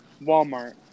Walmart